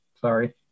sorry